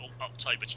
October